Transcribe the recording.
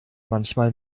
manchmal